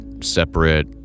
separate